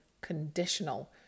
conditional